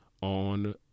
on